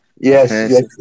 yes